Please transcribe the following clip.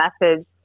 message